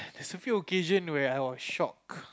there was a few occasions when I was shocked